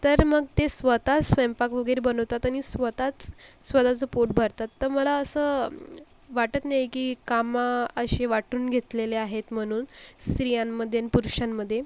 तर मग ते स्वतः स्वयंपाक वगैरे बनवतात आणि स्वतःच स्वतःचं पोट भरतात तर मला असं वाटत नाही की काम अशी वाटून घेतलेले आहेत म्हणून स्त्रियांमध्ये आणि पुरुषांमध्ये